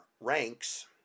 ranks